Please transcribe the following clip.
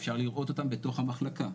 אפשר לראות אותם בתוך המחלקה.